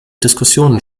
diskussionen